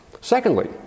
Secondly